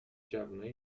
جوونای